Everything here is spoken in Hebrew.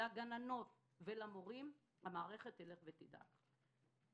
לגננות ולמורים - המערכת תלך ותדעך.